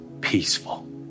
peaceful